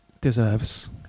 deserves